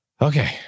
Okay